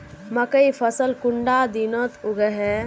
मकई फसल कुंडा दिनोत उगैहे?